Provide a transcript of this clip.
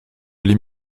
les